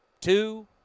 two